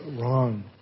wrong